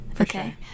Okay